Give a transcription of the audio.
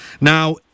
Now